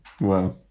Wow